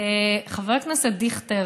חבר הכנסת דיכטר,